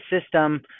system